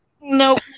Nope